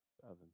Seven